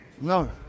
No